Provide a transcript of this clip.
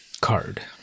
card